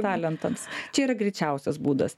talentams čia yra greičiausias būdas